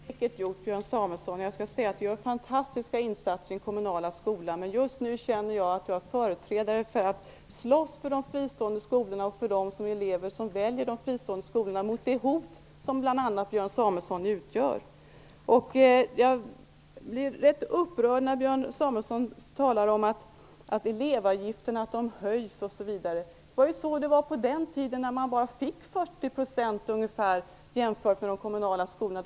Herr talman! Det har Björn Samuelson säkert gjort. Jag skall säga att det görs fantastiska insatser i den kommunala skolan. Men just nu känner jag att jag företräder och slåss för de fristående skolorna och för de elever som väljer de fristående skolorna. Jag slåss mot det hot som bl.a. Björn Jag blir ganska upprörd när Björn Samuelson talar om att elevavgifterna höjs. Så var det på den tiden då man bara fick ungefär 40 % jämfört med de kommunala skolorna.